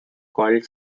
called